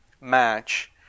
match